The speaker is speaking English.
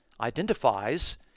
identifies